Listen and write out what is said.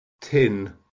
tin